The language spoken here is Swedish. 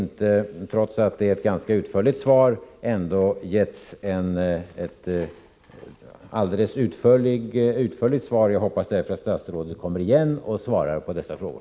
Trots att det är ett ganska utförligt svar som energiministern har lämnat har dessa frågor ändå inte blivit helt besvarade. Jag hoppas därför att statsrådet kommer igen och svarar på dessa frågor.